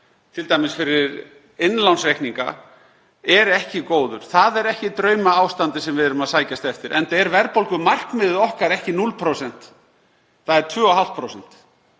t.d. fyrir innlánsreikninga, er ekki góður. Það er ekki draumaástandið sem við erum að sækjast eftir enda er verðbólgumarkmiðið okkar ekki 0%. Það er 2,5%.